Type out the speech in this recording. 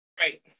Right